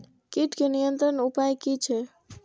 कीटके नियंत्रण उपाय कि छै?